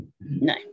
No